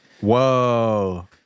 Whoa